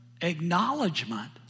acknowledgement